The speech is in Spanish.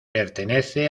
pertenece